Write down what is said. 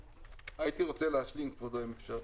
הייתי רוצה להשלים, כבודו, אם אפשר.